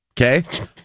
Okay